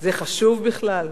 זה חשוב בכלל?